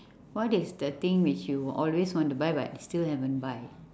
what is the thing which you always want to buy but still haven't buy